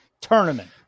tournament